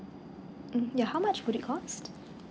mm yeah how much would it cost